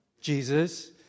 Jesus